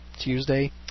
Tuesday